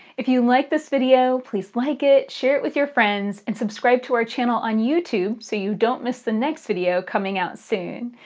if you like this video please like it, share it with your friends, and subscribe to our channel on youtube so you don't miss the next video coming out soon.